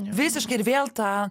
visiškai ir vėl tą